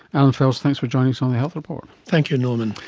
allan fels, thanks for joining us on the health report. thank you norman.